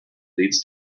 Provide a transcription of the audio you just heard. leads